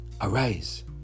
Arise